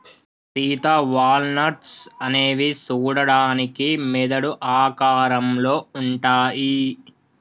Sita walnuts అనేవి సూడడానికి మెదడు ఆకారంలో ఉంటాయి